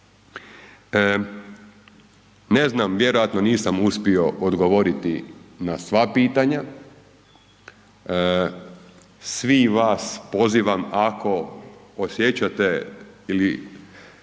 Ne znam, vjerojatno nisam uspio odgovoriti na sva pitanja, svih vas pozivam ako osjećate ili